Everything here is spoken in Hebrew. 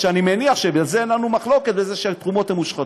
מותר אואסור, לא מעניינת אותי כותרת.